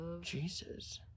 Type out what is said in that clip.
Jesus